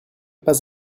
pas